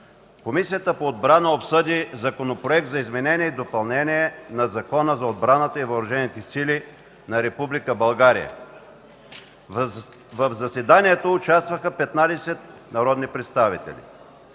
Комисията по отбрана обсъди Законопроект за изменение и допълнение на Закона за отбраната и въоръжените сили на Република България. В заседанието участваха 15 народни представители.